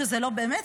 באמת,